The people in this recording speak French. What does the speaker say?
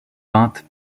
peintes